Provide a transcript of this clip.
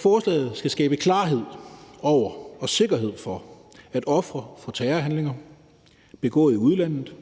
Forslaget skal skabe klarhed over og sikkerhed for, at ofre for terrorhandlinger begået i udlandet